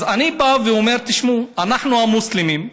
אז אני בא ואומר: תשמעו, אנחנו, המוסלמים,